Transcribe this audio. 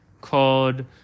called